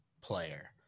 player